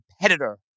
competitor